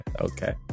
okay